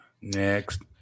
Next